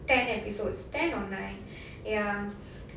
ten episodes ten or nine ya